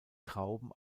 trauben